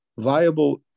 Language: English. viable